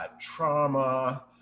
trauma